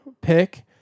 pick